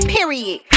Period